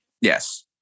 yes